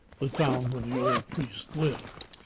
the town where the old priest lived.